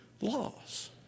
laws